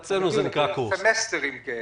זה סימסטרים כאלה.